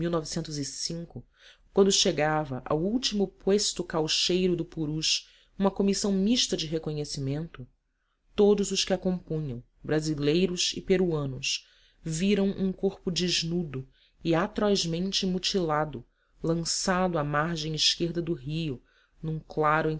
julho de quando chegava ao último puesto caucheiro do purus uma comissão mista de reconhecimento todos os que a compunham brasileiros e peruanos viram um corpo desnudo e atrozmente mutilado lançado à margem esquerda do rio num claro